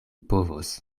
povos